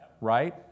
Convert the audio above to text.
right